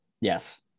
Yes